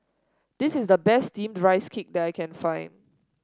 this is the best steamed Rice Cake that I can find